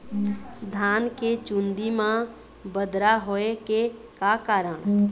धान के चुन्दी मा बदरा होय के का कारण?